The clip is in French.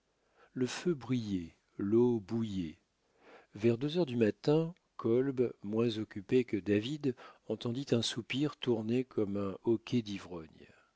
le feu brillait l'eau bouillait vers deux heures du matin kolb moins occupé que david entendit un soupir tourné comme un hoquet d'ivrogne